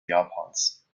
japans